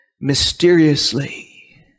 mysteriously